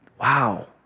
Wow